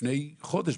לפני חודש,